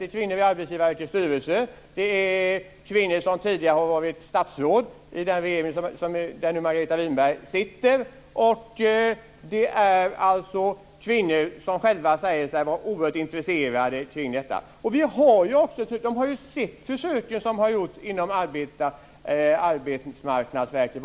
Det är kvinnor i Arbetsgivarverkets styrelse, en kvinna som tidigare har varit statsråd i den regering där Margareta Winberg nu sitter och kvinnor som säger sig vara oerhört intresserade av detta. De har sett vad som har hänt i de försök som har gjorts inom Arbetsmarknadsverket.